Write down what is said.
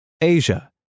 Asia